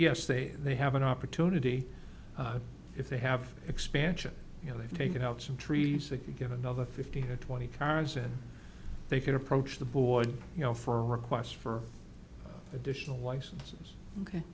yes they they have an opportunity if they have expansion you know they've taken out some trees to give another fifteen or twenty cars and they can approach the board you know for requests for additional licenses ok